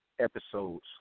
episodes